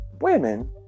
women